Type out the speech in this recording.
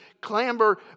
clamber